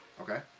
Okay